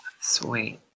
Sweet